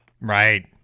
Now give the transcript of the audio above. Right